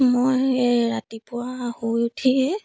মই ৰাতিপুৱা শুই উঠিয়ে